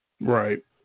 Right